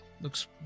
looks